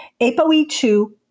ApoE2